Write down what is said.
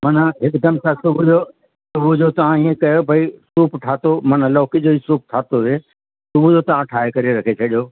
माना हिकदमि सस्तो हुजो सुबुहअ जो तव्हां इअं कयो भई सूप ठातो माना लौकी जो ई सूप ठातोसीं सुबुह जो तव्हां ठाहे करे रखे छॾियो